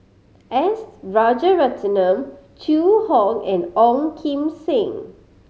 S Rajaratnam Zhu Hong and Ong Kim Seng